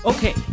Okay